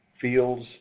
fields